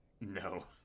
No